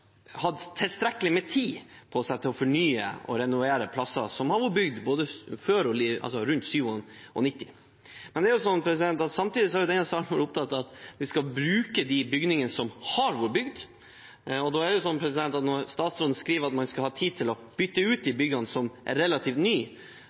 hatt tilstrekkelig med tid på seg til å fornye og renovere plasser som ble bygd rundt 1997. Samtidig har denne salen vært opptatt av at vi skal bruke de bygningene som har blitt bygd. Når statsråden da skriver at man skal ha tid til å bytte ut de byggene som er relativt nye, tror jeg vi må oppfordre til at man skal få brukt de byggene som man har. Da er det helt på sin plass at denne salen legger opp til